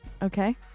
Okay